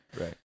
right